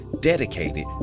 dedicated